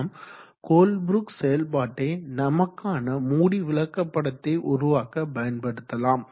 நாம் கோல்ப்ரூக் செயல்பாட்டை நமக்கான மூடி விளக்க படத்தை உருவாக்க பயன்படுத்தலாம்